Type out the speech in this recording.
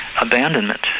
abandonment